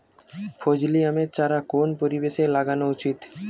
ফজলি আমের চারা কোন পরিবেশে লাগানো উচিৎ?